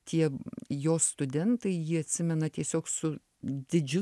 tie jo studentai jį atsimena tiesiog su didžiu